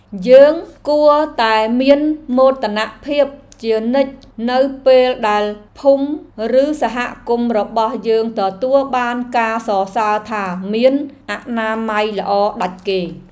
យើងគួរតែមានមោទនភាពជានិច្ចនៅពេលដែលភូមិឬសហគមន៍របស់យើងទទួលបានការសរសើរថាមានអនាម័យល្អដាច់គេ។